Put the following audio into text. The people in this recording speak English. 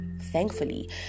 thankfully